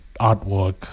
artwork